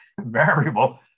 variable